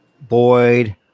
boyd